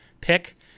pick